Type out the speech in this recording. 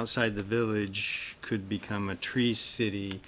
outside the village could become a tree city